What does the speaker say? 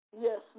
Yes